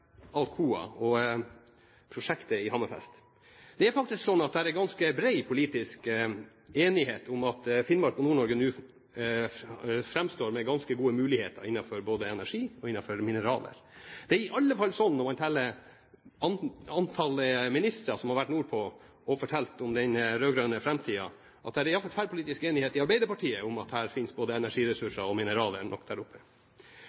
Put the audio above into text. og prosjektet i Hammerfest, er det faktisk ganske bred politisk enighet om at Finnmark og Nord-Norge nå framstår med ganske gode muligheter innenfor både energi og mineraler. Det er i alle fall slik, når man ser på antall ministre som har vært nordpå og fortalt om den rød-grønne framtiden, at det er tverrpolitisk enighet i Arbeiderpartiet om at det finnes både energiressurser og mineraler nok der oppe.